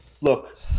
Look